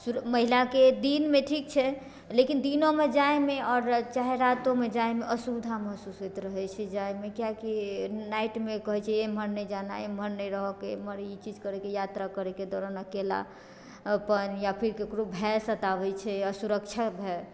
महिलाके दिनमे ठीक छै लेकिन दिनोमे जाइमे आओर चाहे रातोमे जाइमे असुविधा महसूस होइत रहैत छै जाइमे किआकी नाइटमे कहैत छै एमहर नहि जाना एमहर नहि रहयके एमहर ई चीज करैके यात्रा करैके दौड़ान अकेला अपन या फिर केकरो भय सताबैत छै असुरक्षा भय